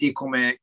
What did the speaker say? come